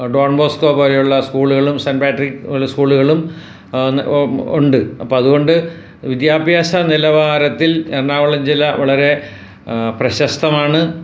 Don Bosco പോലെയുള്ള സ്കൂളുകളും Saint Patrick പോലെ സ്കൂളുകളും ഓന്ന് ഉണ്ട് അപ്പോൾ അതുകൊണ്ട് വിദ്യാഭ്യാസ നിലവാരത്തിൽ എറണാകുളം ജില്ല വളരെ പ്രശസ്തമാണ്